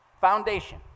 Foundation